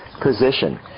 position